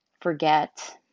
forget